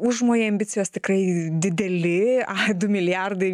užmojai ambicijos tikrai dideli du milijardai